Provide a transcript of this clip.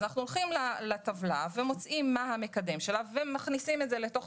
אז אנחנו מוצאים בטבלה מה המקדם שלה ומכניסים את זה אל תוך